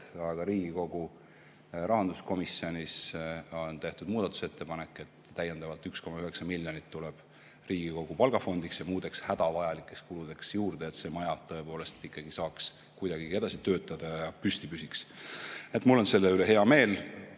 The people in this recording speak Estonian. aga Riigikogu rahanduskomisjonis on tehtud muudatusettepanek, et täiendavalt 1,9 miljonit tuleb Riigikogu palgafondiks ja muudeks hädavajalikeks kuludeks juurde, et see maja tõepoolest ikkagi saaks kuidagigi edasi töötada ja püsti püsiks. Mul on selle üle hea meel.